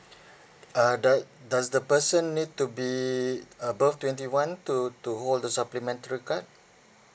uh da~ does the person need to be above twenty one to to hold the supplementary card